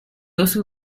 also